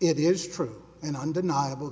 it is true in undeniable